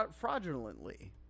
fraudulently